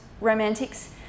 romantics